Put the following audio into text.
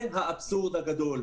זה האבסורד הגדול.